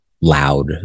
loud